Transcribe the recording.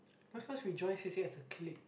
no it's because we join C_C_A as a clique